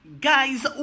Guys